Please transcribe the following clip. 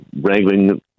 wrangling